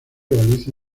realiza